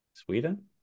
Sweden